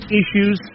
issues